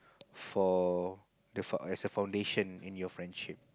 for the as a foundation in your friendship